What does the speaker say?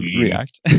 React